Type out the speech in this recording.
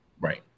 Right